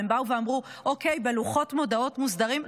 והם באו ואמרו: אוקיי בלוחות מודעות מוסדרים,